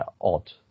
odd